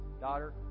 daughter